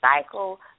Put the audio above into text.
cycle